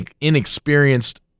inexperienced